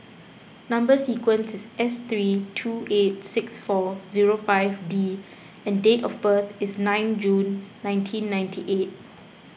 Number Sequence is S three two eight six four zero five D and date of birth is nine June nineteen ninety eight